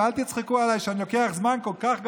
ואל תצחקו עליי שאני לוקח זמן כל כך ארוך,